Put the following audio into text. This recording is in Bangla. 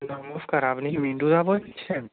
নমস্কার আপনি কি মিন্টু দা বলছেন